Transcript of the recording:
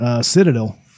Citadel